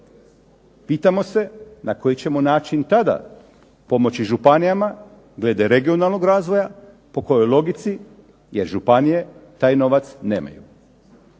Pitamo se na koji ćemo način tada pomoći županijama …/Govornik se ne razumije./… regionalnog razvoja, po kojoj logici jer županije taj novac nemaju,